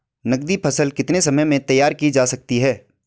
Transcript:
नगदी फसल कितने समय में तैयार की जा सकती है?